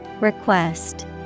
Request